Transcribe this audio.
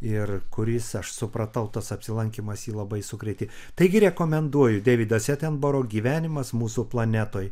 ir kuris aš supratau tas apsilankymas jį labai sukrėtė taigi rekomenduoju deividas etemboro gyvenimas mūsų planetoj